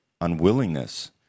unwillingness